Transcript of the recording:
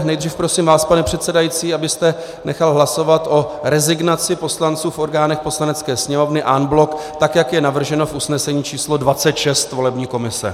Nejdřív prosím vás, pane předsedající, abyste nechal hlasovat o rezignaci poslanců v orgánech Poslanecké sněmovny en bloc, tak jak je navrženo v usnesení číslo 26 volební komise.